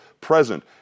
present